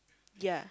ya